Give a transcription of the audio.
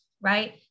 Right